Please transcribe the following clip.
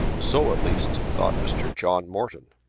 so at least thought mr. john morton.